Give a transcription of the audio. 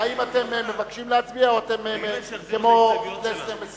האם אתם מבקשים להצביע או שאתם כמו חבר הכנסת פלסנר,